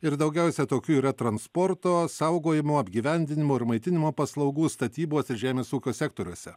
ir daugiausia tokių yra transporto saugojimo apgyvendinimo ir maitinimo paslaugų statybos ir žemės ūkio sektoriuose